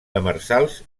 demersals